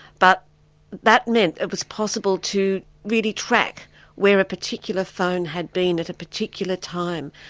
but that meant it was possible to really track where a particular phone had been at a particular time.